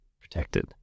protected